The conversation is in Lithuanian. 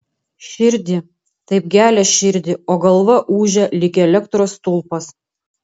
širdį taip gelia širdį o galva ūžia lyg elektros stulpas